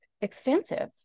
extensive